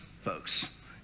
folks